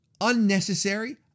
unnecessary